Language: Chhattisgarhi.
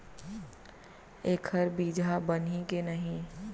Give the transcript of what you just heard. एखर बीजहा बनही के नहीं?